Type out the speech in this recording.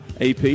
AP